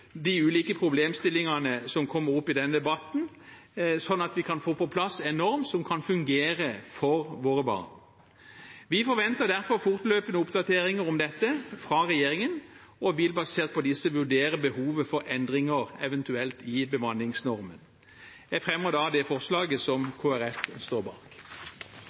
de ulike problemstillingene som kommer opp i denne debatten, sånn at vi kan få på plass en norm som kan fungere for våre barn. Vi forventer derfor fortløpende oppdateringer om dette fra regjeringen og vil, basert på disse, vurdere behovet for endringer, eventuelt i bemanningsnormen. Jeg fremmer det forslaget som Kristelig Folkeparti står bak.